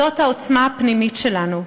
זאת העוצמה הפנימית שלנו.